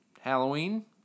Halloween